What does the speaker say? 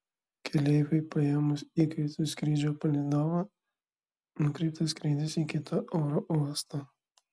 keleiviui paėmus įkaitu skrydžio palydovą nukreiptas skrydis į kitą oro uostą